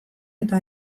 eta